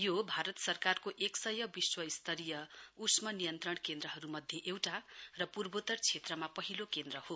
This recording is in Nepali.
यो भारत सरकारको एक सय विश्व स्तरीय उष्म नियन्त्रण केन्द्रहरू मध्ये एउटा र पूर्वोतर क्षेत्रमा पहिलो केन्द्र हो